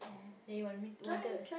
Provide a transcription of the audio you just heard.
then you want me wanted